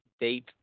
date